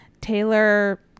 Taylor